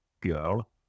girl